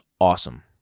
Awesome